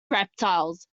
reptiles